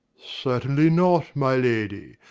certainly not, my lady.